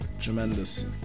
Tremendous